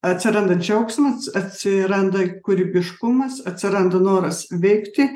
atsiranda džiaugsmas atsiranda kūrybiškumas atsiranda noras veikti